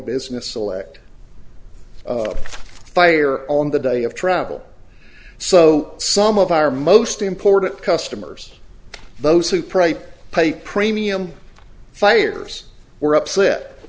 business select fire on the day of travel so some of our most important customers those who pray pay premium fires were upset